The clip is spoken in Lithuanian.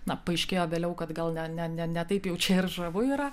na paaiškėjo vėliau kad gal ne ne ne taip jau čia ir žavu yra